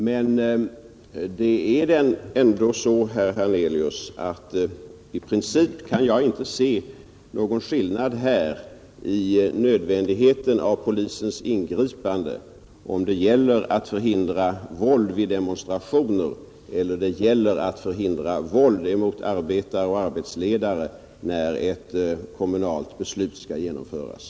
Men, herr Herneiius, i princip kan jag inte se någon skillnad i nödvändigheten av polisens ingripande, om det gäller att förhindra våld vid demonstrationer eller om det gäller att förhindra våld mot arbetare och arbetsledare, när ett kommunalt beslut skall genomföras.